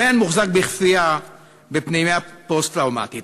הבן מוחזק בכפייה בפנימייה פוסט-טראומטית.